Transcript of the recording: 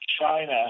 China